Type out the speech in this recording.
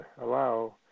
allow